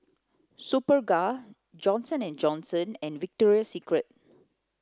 Superga Johnson and Johnson and Victoria Secret